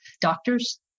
doctors